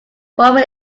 formal